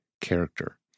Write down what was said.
character